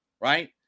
right